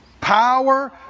Power